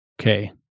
Okay